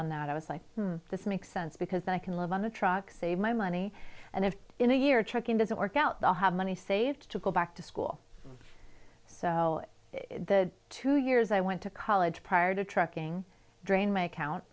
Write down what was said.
on that i was like this makes sense because then i can live on the truck save my money and if in a year chucking doesn't work out the have money saved to go back to school so the two years i went to college prior to trucking drain my account